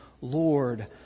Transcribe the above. Lord